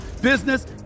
business